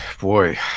Boy